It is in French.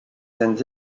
scènes